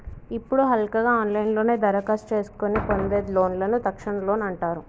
ఇప్పుడు హల్కగా ఆన్లైన్లోనే దరఖాస్తు చేసుకొని పొందే లోన్లను తక్షణ లోన్ అంటారు